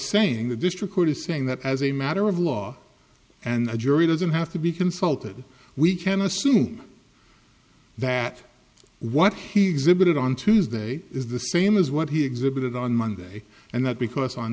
saying the district court is saying that as a matter of law and the jury doesn't have to be consulted we can assume that what he exhibited on tuesday is the same as what he exhibited on monday and not because on